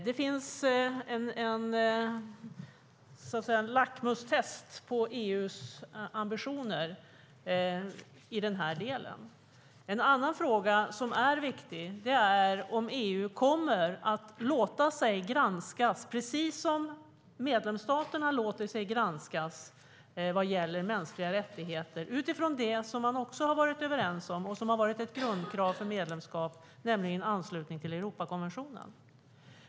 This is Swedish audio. Det finns så att säga ett lackmustest på EU:s ambitioner i denna del. En annan fråga som är viktig är om EU kommer att låta sig granskas, precis som medlemsstaterna låter sig granskas, vad gäller mänskliga rättigheter utifrån det som man också har varit överens om och som har varit ett grundkrav för medlemskap, nämligen anslutning till Europakonventionen.